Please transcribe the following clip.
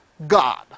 God